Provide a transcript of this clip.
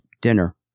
dinner